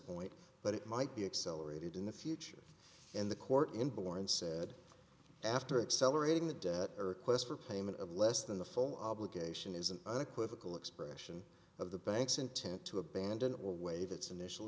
point but it might be accelerated in the future in the court in born said after accelerating the debt or quest for payment of less than the full obligation is an unequivocal expression of the bank's intent to abandon it will waive its initial